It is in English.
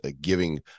giving